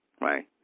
right